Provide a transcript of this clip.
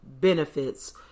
benefits